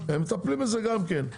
הם מטפלים בזה גם כן.